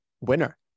winner